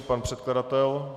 Pan předkladatel?